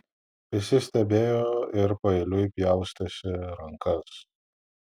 visi stebėjo ir paeiliui pjaustėsi rankas